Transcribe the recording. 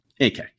Okay